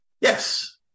Yes